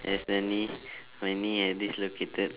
~ccidentally my knee had dislocated